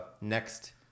next